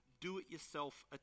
do-it-yourself